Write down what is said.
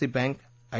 C bank I